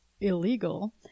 illegal